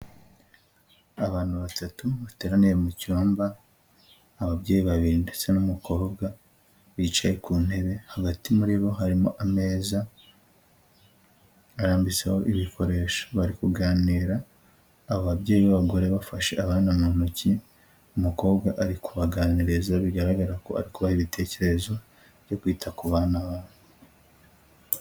Abantu batatu bateraniye mu cyumba, ababyeyi babiri ndetse n'umukobwa bicaye ku ntebe, hagati muri bo harimo ameza arambitseho ibikoresho bari kuganira, abo babyeyi b'abagore bafashe abana mu ntoki, umukobwa ari kubaganiriza bigaragara ko ari kubaha ibitekerezo byo kwita ku bana babo.